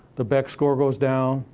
the beck score goes down,